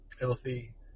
healthy